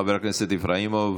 חבר הכנסת איפראימוב.